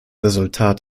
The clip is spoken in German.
resultat